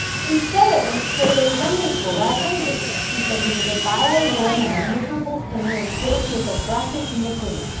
he said it when he prayed in sunday school last sunday. he said he was a vile worm and a miserable sinner and guilty of the blackest niquity.